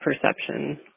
perception